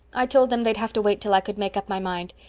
i told them they'd have to wait till i could make up my mind.